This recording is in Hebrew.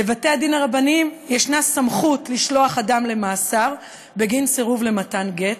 לבתי-הדין הרבניים יש סמכות לשלוח אדם למאסר בגין סירוב למתן גט,